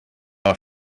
our